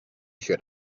should